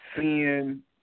seeing